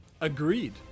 Agreed